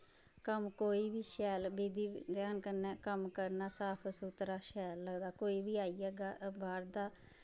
कम्म कोई बी शैल विधि विधान कन्नै कम्म करना साफ सुथरा शैल लगदा कोई बी अई जाह्गा बाह्र दा